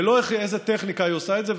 ולא באיזו טכניקה היא עושה את זה.